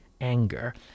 anger